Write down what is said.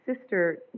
sister